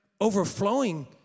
overflowing